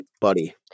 buddy